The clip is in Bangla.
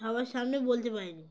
সবার সামনে বলতে পারি নি